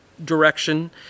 direction